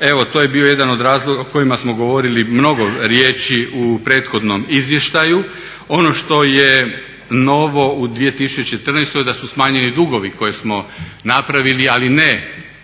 eto to je bio jedan od razloga o kojima smo govorili mnogo riječi u prethodnom izvještaju. Ono što je novo u 2014., da su smanjeni dugovi koje smo napravili, ali ne dugovi